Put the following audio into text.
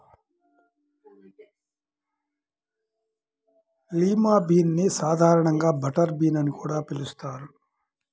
lima bean ని సాధారణంగా butter bean అని కూడా పిలుస్తారు